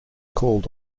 called